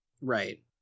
Right